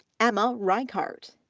emma reichart.